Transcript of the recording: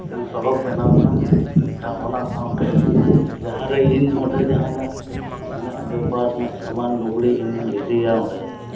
ᱢᱤᱫᱴᱟᱝ ᱥᱚᱲᱚᱠ ᱵᱮᱱᱣᱮᱱᱟ ᱮᱱᱠᱷᱟᱱ ᱚᱱᱟ ᱥᱟᱶᱛᱮ ᱡᱟᱦᱟᱸ ᱨᱮᱜᱮ ᱤᱧ ᱚᱸᱰᱮ ᱡᱟᱦᱟᱱᱟᱜ ᱤᱧᱟᱜ ᱵᱮᱯᱟᱨ ᱨᱮᱱᱟᱜ ᱥᱟᱢᱟᱱ ᱞᱩᱜᱽᱲᱤᱡ ᱤᱧᱤᱧ ᱤᱫᱤᱭᱟ ᱚᱸᱰᱮ